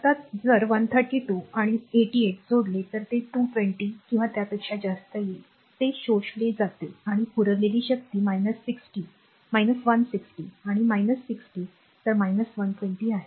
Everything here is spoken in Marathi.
आता जर 132 आणि r 88 जोडले तर ते 220 किंवा त्यापेक्षा जास्त येईल ते शोषले जाते आणि पुरवलेली शक्ती 160 आणि 60 तर 220 आहे